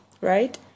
right